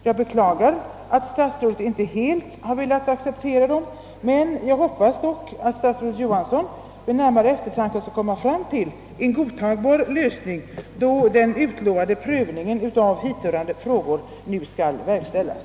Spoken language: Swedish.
Jag beklagar att statsrådet Johansson inte helt har velat acceptera dem, men jag hoppas dock att statsrådet vid närmare eftertanke skall komma fram till en godtagbar lösning då den utlovade prövningen av hithörande frågor nu skall verkställas.